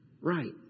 right